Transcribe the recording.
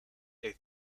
they